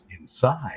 inside